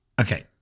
Okay